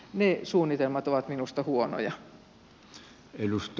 ne suunnitelmat ovat minusta huonoja